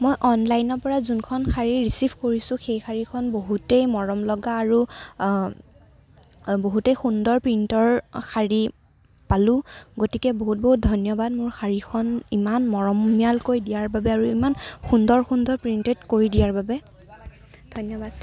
মই অনলাইনৰ পৰা যোনখন শাৰী ৰিচিভ কৰিছোঁ সেই শাৰীখন বহুতেই মৰমলগা আৰু বহুতেই সুন্দৰ প্ৰিণ্টৰ শাৰী পালোঁ গতিকে বহুত বহুত ধন্য়বাদ মোৰ শাৰীখন ইমান মৰমীয়ালকৈ দিয়াৰ বাবে আৰু ইমান সুন্দৰ সুন্দৰ প্ৰিণ্টেদ কৰি দিয়াৰ বাবে ধন্যবাদ